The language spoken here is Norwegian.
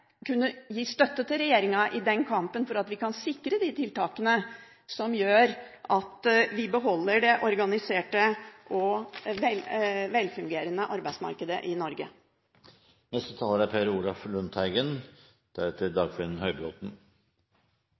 kunne gi støtte til regjeringen i den kampen, slik at vi kan sikre de tiltakene som gjør at vi beholder det organiserte og velfungerende arbeidsmarkedet i Norge. Det er